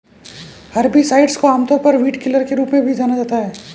herbicides को आमतौर पर वीडकिलर के रूप में भी जाना जाता है